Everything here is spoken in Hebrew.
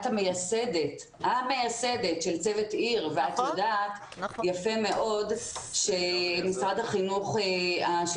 את המייסדת של צוות עיר ואת יודעת יפה מאוד שהשלטון המקומי,